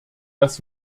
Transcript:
dass